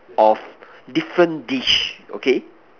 of different dish okay